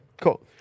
Cool